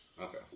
Okay